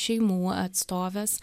šeimų atstoves